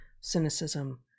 cynicism